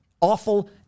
awful